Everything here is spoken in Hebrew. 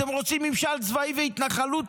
אתם רוצים ממשל צבאי והתנחלות?